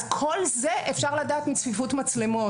את כל זה אפשר לדעת עם צפיפות מצלמות